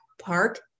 park